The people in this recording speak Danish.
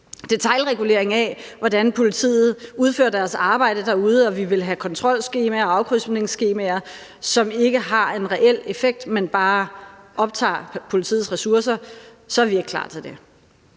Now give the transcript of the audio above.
detailregulering af, hvordan politiet udfører deres arbejde derude, og at vi vil have kontrolskemaer og afkrydsningsskemaer, som ikke har en reel effekt, men som bare optager politiets ressourcer, så er vi ikke klar til det.